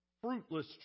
fruitless